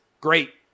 Great